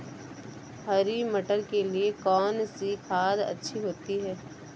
हरी मटर के लिए कौन सी खाद अच्छी होती है?